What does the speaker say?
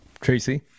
Tracy